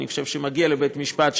אני חושב שמגיע לבית-המשפט,